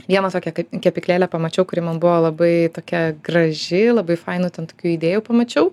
viena tokia k kepyklėlė pamačiau kuri man buvo labai tokia graži labai fainų ten tokių idėjų pamačiau